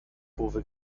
kurve